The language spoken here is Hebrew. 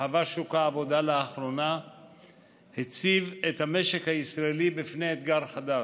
שחווה שוק העבודה לאחרונה הציבה את המשק הישראלי בפני אתגר חדש.